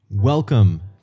Welcome